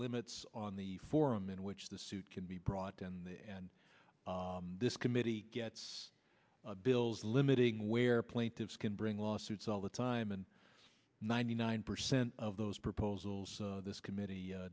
limits on the forum in which the suit can be brought in the end this committee gets bills limiting where plaintiffs can bring lawsuits all the time and ninety nine percent of those proposals this committee